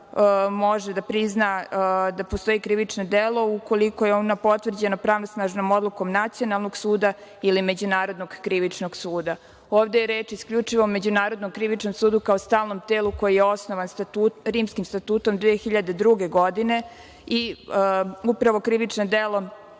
može da prizna da postoji krivično delo, ukoliko je ono potvrđeno pravosnažnom odlukom Nacionalnog suda ili Međunarodnog krivičnog suda. Ovde je reč isključivo o Međunarodnom krivičnom sudu, kao stalnom telu, koji je osnovan Rimskim statutom 2002. godine i upravo krivično delo